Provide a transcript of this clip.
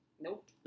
Nope